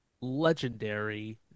legendary